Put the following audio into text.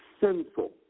sinful